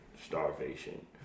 starvation